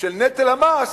של נטל המס,